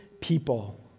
people